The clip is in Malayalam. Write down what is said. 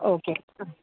ഓക്കെ ആ